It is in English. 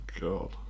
god